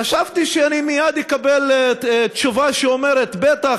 חשבתי שאני מייד אקבל תשובה שאומרת: בטח,